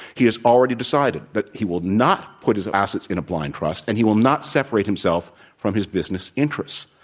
he has already decided that he will not put his assets in a blind trust and he will not separate himself from his business interests.